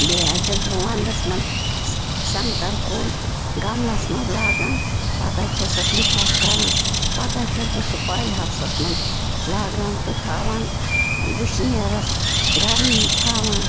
بیٚیہِ حظ چھَس بہٕ ونٛدس منٛز سنٛگتر کُل گملس منٛز لاگان پتہٕ حظ چھَسس لِفاف کَران پَتہٕ حظ چھَس بہٕ سُہ پالہِ ہوسس منٛز لاگان تہٕ تھاوان وٕشنیرس گَرمی تھاوان